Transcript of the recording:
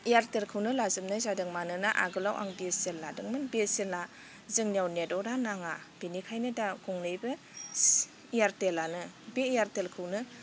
इयारटेलखौनो लाजोबनाय जादों मानोना आगोलाव आं बि एस एन एल लादोंमोन बिएसेनेला जोंनियाव नेटवर्कआ नाङा बेनिखायनो दा गंनैबो इयारटेलानो बि इयारटेलखौनो